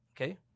okay